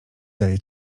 daje